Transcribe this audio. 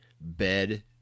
bed